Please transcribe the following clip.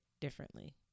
differently